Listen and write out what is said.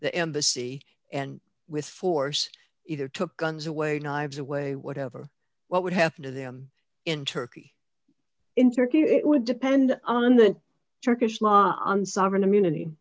the embassy and with force either took guns away knives away whatever what would happen to them in turkey in turkey it would depend on the turkish law on sovereign immunity